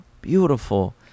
beautiful